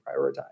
prioritize